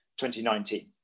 2019